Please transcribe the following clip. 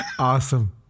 Awesome